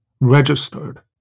registered